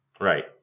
right